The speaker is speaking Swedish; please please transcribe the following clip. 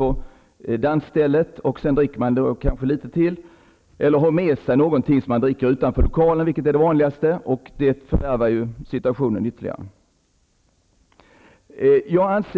På dansstället dricks det kanske litet till eller man har med sig någonting som dricks utanför lokalen, vilket är det vanligaste. Det fördärvar situationen ytterligare. I detta sammanhang